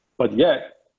but yeah,